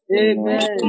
Amen